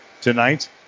tonight